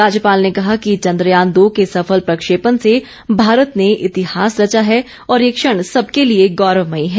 राज्यपाल ने कहा कि चंद्रयान दो के सफल प्रक्षेपण से भारत ने इतिहास रचा है और ये क्षण सबके लिए गौरवमयी है